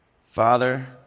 Father